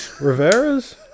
Rivera's